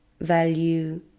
value